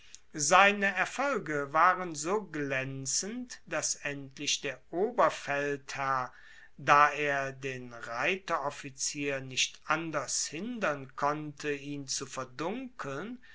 seine erfolge waren so glaenzend dass endlich der oberfeldherr da er den reiteroffizier nicht anders hindern konnte ihn zu verdunkeln